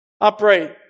Upright